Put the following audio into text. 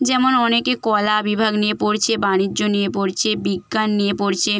যেমন অনেকে কলা বিভাগ নিয়ে পড়ছে বাণিজ্য নিয়ে পড়ছে বিজ্ঞান নিয়ে পড়ছে